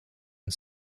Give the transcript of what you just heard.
and